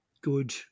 good